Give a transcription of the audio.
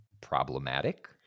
problematic